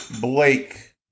Blake